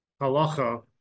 halacha